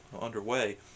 underway